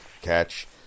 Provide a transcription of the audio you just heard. catch